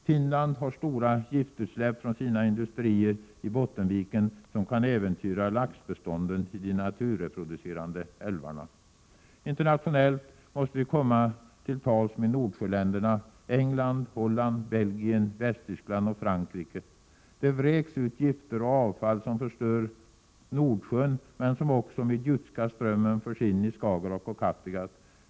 Finland har stora giftutsläpp från sina industrier i Bottenviken, utsläpp som kan äventyra laxbestånden i de naturreproducerande älvarna. Internationellt måste vi komma till tals med Nordsjöländerna England, Holland, Belgien, Västtyskland och Frankrike. Det vräks ut gifter och avfall som förstör Nordsjön. Men gifterna förs också med Jutska strömmen in i Skagerrak och Kattegatt.